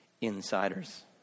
insiders